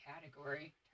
category